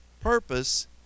purpose